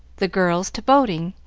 the girls to boating,